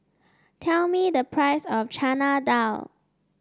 tell me the price of Chana Dal